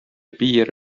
piir